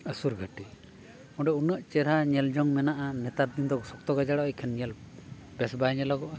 ᱟᱹᱥᱩᱨ ᱜᱷᱟᱹᱴᱤ ᱚᱸᱰᱮ ᱩᱱᱟᱹᱜ ᱪᱮᱦᱨᱟ ᱧᱮᱞ ᱡᱚᱝ ᱢᱮᱱᱟᱜᱼᱟ ᱱᱮᱛᱟᱨ ᱫᱤᱱ ᱫᱚ ᱥᱚᱠᱛᱚ ᱜᱟᱡᱟᱲᱚᱜᱼᱟ ᱮᱱᱠᱷᱟᱱ ᱧᱮᱞ ᱵᱮᱥ ᱵᱟᱭ ᱧᱮᱞᱚᱜᱚᱜᱼᱟ